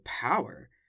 power